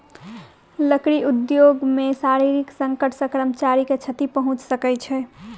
लकड़ी उद्योग मे शारीरिक संकट सॅ कर्मचारी के क्षति पहुंच सकै छै